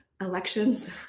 elections